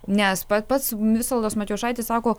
nes pats visvaldas matijošaitis sako